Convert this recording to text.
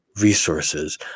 resources